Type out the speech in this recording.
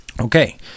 Okay